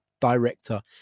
director